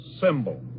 symbol